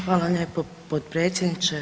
Hvala lijepo potpredsjedniče.